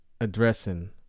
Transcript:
addressing